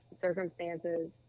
circumstances